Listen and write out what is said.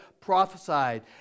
prophesied